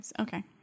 okay